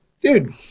Dude